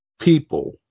people